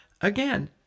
again